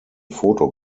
photo